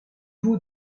vous